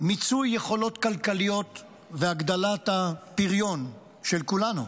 מיצוי יכולות כלכליות והגדלת הפריון של כולנו,